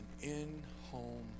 in-home